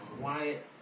Wyatt